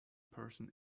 person